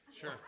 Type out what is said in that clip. Sure